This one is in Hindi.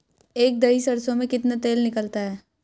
एक दही सरसों में कितना तेल निकलता है?